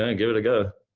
and give it a go.